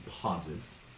pauses